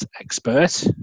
expert